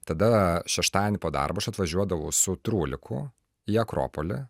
tada šeštadienį po darbo aš atvažiuodavau su truliku į akropolį